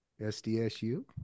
SDSU